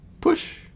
Push